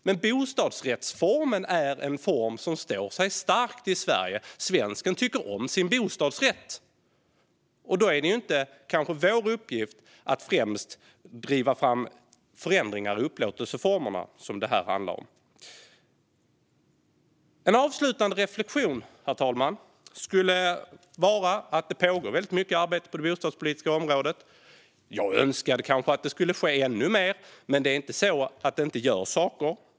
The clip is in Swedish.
Men bostadsrättsformen är en form som står sig stark i Sverige - svensken tycker om sin bostadsrätt. Då är det kanske inte främst vår uppgift att driva fram förändringar i upplåtelseformerna, som detta handlar om. En avslutande reflektion, herr talman, skulle vara att det pågår väldigt mycket arbete på det bostadspolitiska området. Jag skulle kanske önska att det skulle ske ännu mer, men det är inte så att det inte görs saker.